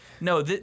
no